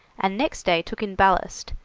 and next day took in ballast,